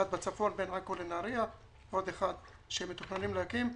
אחד בצפון בין עכו לנהריה ועוד אחד שמתוכננים להקים.